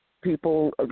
people